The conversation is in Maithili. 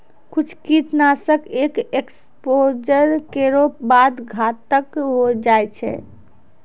कुछ कीट नाशक एक एक्सपोज़र केरो बाद घातक होय जाय छै